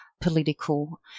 political